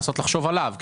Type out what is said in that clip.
לנסות לחשוב עליו,